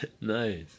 nice